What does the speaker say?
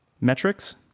metrics